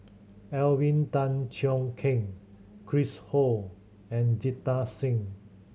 Alvin Tan Cheong Kheng Chris Ho and Jita Singh